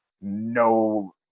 no